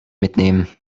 mitnehmen